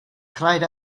cried